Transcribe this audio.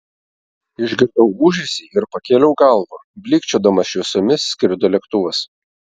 išgirdau ūžesį ir pakėliau galvą blykčiodamas šviesomis skrido lėktuvas